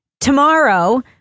Tomorrow